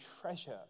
treasure